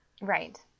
right